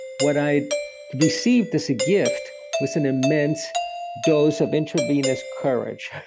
what i received this gift with an immense dose of intravenous courage.